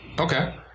Okay